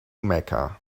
mecca